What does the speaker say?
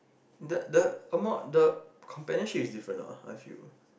the the amount the companionship is different lah I feel